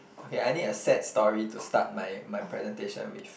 okay I need a sad story to start my my presentation with